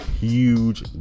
huge